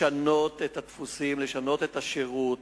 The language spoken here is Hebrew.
לשנות את הדפוסים, לשנות את השירות.